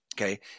okay